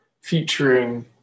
featuring